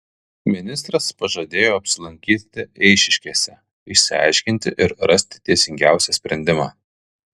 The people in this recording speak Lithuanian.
ministras pažadėjo apsilankyti eišiškėse išsiaiškinti ir rasti teisingiausią sprendimą